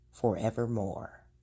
forevermore